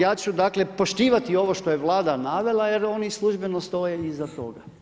Ja ću dakle, poštivati ovo što je Vlada navela, jer oni službeno stoje iza toga.